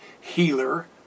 healer